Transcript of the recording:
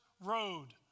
road